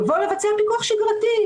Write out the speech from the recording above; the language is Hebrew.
יבוא לבצע פיקוח שגרתי,